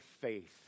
faith